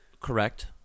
Correct